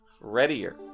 readier